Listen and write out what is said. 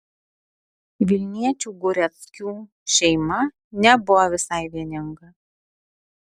vilniečių gureckių šeima nebuvo visai vieninga